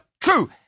true